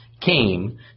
came